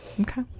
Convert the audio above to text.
Okay